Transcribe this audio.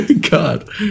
God